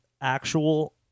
actual